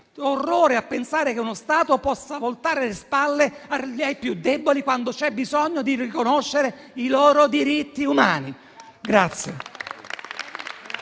orrore nel pensare che uno Stato possa voltare le spalle ai più deboli, quando c'è bisogno di riconoscere i loro diritti umani.